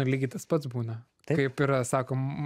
lygiai tas pats būna kaip yra sakom